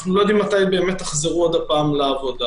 אנחנו לא יודעים מתי תחזרו עוד פעם לעבודה,